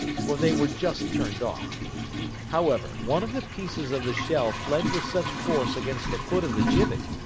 for they were just turned off however, one of the pieces of the shell fled with such force against the foot of the gibbet,